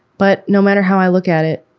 but no matter how i look at it,